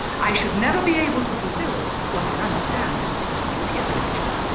i should never be able to fulfill what i understand is the first duty of a lecturer,